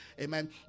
amen